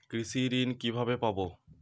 কৃষি ঋন কিভাবে পাব?